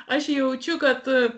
aš jaučiu kad